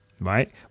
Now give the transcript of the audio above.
right